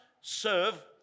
serve